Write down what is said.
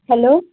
hello